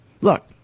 Look